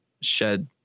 shed